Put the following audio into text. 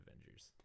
Avengers